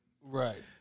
Right